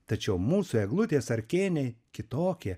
tačiau mūsų eglutės ar kėniai kitokie